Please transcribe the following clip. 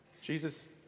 Jesus